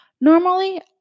Normally